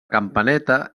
campaneta